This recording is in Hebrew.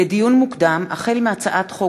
לדיון מוקדם: החל בהצעת חוק